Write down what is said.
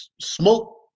smoke